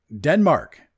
Denmark